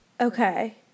okay